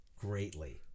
greatly